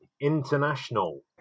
International